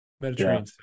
Mediterranean